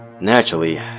Naturally